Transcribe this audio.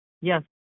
yes